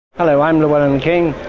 hello, i'm llewellyn king.